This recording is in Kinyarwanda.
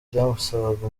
byamusabaga